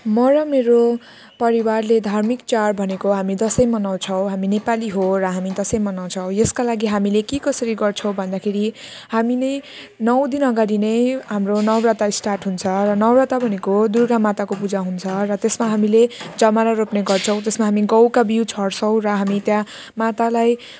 म र मेरो परिवारले धार्मिक चाड भनेको हामी दसैँ मनाउँछौँ हामी नेपाली हो र हामी दसैँ मनाउँछौँ यसका लागि हामीले के कसरी गर्छौँ भन्दाखेरि हामीले नौ दिन अगाडि नै हाम्रो नौरथा स्टार्ट हुन्छ र नौरथा भनेको दुर्गा माताको पूजा हुन्छ र त्यसमा हामीले जमरा रोप्ने गर्छौँ त्यसमा हामी गहुँका बिउ छर्छौँ र हामी त्यहाँ मातालाई